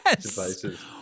devices